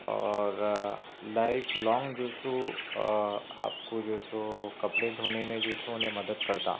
اور life long جو سو آپ کو جو سو کپڑے دھونے میں جو سو نےمدد کرتا